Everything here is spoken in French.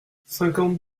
cinquante